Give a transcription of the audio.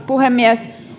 puhemies